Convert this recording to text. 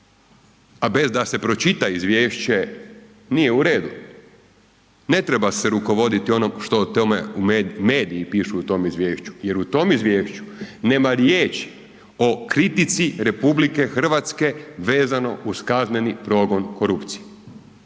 a bez da se pročita izvješće, nije u redu. Ne treba se rukovoditi onom što o tome mediji pišu u tom izvješću jer u tom izvješću nema riječi o kritici RH vezano uz kazneni progon korupcije.